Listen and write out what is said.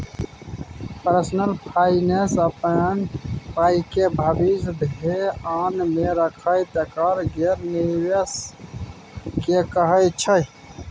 personal finance अपन पाइके भबिस धेआन मे राखैत कएल गेल निबेश केँ कहय छै